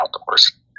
outdoors